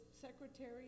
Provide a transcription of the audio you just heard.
secretary